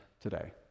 today